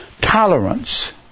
Tolerance